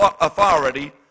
authority